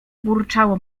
burczało